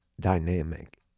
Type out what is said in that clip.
dynamic